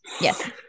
yes